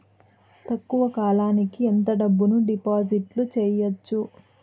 తక్కువ కాలానికి ఎంత డబ్బును డిపాజిట్లు చేయొచ్చు?